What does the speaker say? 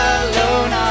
alone